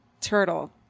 Turtle